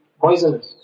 poisonous